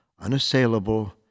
unassailable